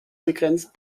begrenzt